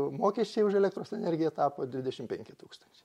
mokesčiai už elektros energiją tapo dvidešim penki tūkstančiai